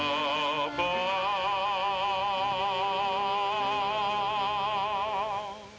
oh oh